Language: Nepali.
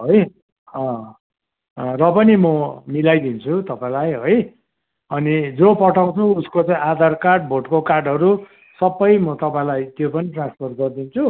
है र पनि म मिलाइदिन्छु तपाईँलाई है अनि जो पठाउँछु उसको चाहिँ आधार कार्ड भोटको कार्डहरू सबै म तपाईँलाई त्यो पनि ट्रान्सफर गरिदिन्छु